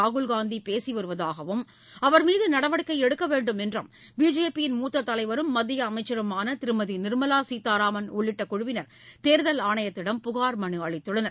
ராகுல் காந்தி பேசி வருவதாகவும் அவர் மீது நடவடிக்கை எடுக்க வேண்டும் என்றும் பிஜேபியின் மூத்த தலைவரும் மத்திய அமைச்சருமான திருமதி நிர்மலா சீத்தாராமன் உள்ளிட்ட குழுவினர் தேர்தல் ஆணையத்திடம் புகார் மனு அளித்துள்ளனர்